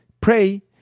Pray